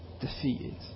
defeated